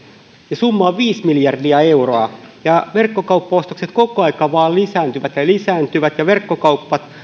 ja summa on viisi miljardia euroa verkkokauppaostokset koko aika vain lisääntyvät ja lisääntyvät ja verkkokaupat